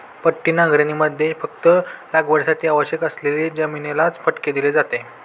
पट्टी नांगरणीमध्ये फक्त लागवडीसाठी आवश्यक असलेली जमिनीलाच फटके दिले जाते